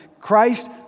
Christ